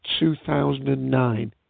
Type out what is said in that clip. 2009